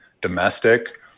domestic